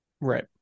Right